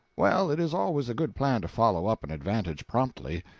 well, it is always a good plan to follow up an advantage promptly.